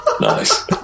Nice